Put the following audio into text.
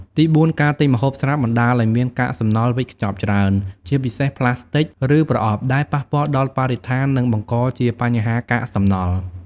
ទីបួន ការទិញម្ហូបស្រាប់បណ្តាលឱ្យមាន កាកសំណល់វេចខ្ចប់ច្រើន ជាពិសេសប្លាស្ទិក ឬប្រអប់ ដែលប៉ះពាល់ដល់បរិស្ថាន និងបង្កជាបញ្ហាកាកសំណល់។